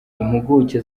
impuguke